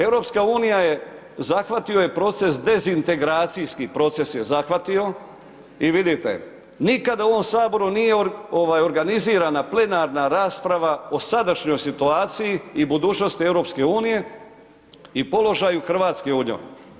EU je, zahvatio ju je proces dezintegracijski proces je zahvatio i vidite, nikada u ovom Saboru nije organizirana plenarna rasprava o sadašnjoj situaciji i budućnosti EU i položaju Hrvatske u njoj.